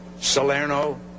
Salerno